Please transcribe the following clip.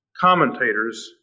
commentators